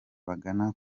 bagana